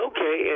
Okay